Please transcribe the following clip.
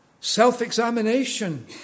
self-examination